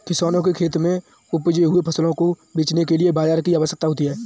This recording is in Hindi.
किसानों के खेत में उपजे हुए फसलों को बेचने के लिए बाजार की आवश्यकता होती है